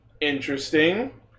Interesting